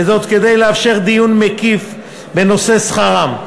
כדי לאפשר דיון מקיף בנושא שכרם.